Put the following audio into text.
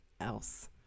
else